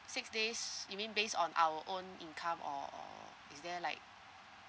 six days you mean based on our own income or or is there like